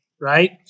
right